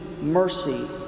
mercy